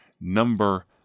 number